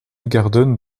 garden